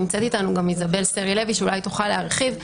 נמצאת איתנו גם איזבל סרי לוי, שאולי תוכל להרחיב.